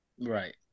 right